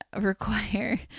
require